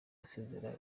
asezera